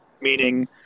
meaning